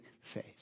faith